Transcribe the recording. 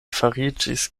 fariĝis